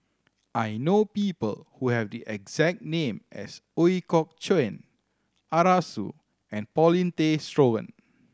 I know people who have the exact name as Ooi Kok Chuen Arasu and Paulin Tay Straughan